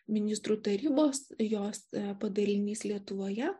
ministrų tarybos jos padalinys lietuvoje